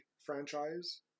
franchise